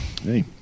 Hey